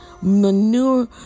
manure